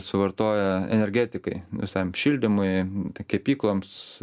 suvartoja energetikai visam šildymui kepykloms